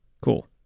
Cool